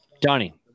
Donnie